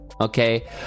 okay